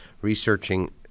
researching